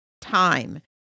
time